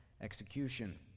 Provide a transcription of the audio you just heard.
execution